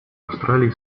австралии